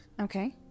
Okay